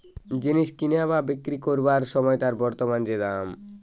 জিনিস কিনা বা বিক্রি কোরবার সময় তার বর্তমান যে দাম